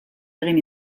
egin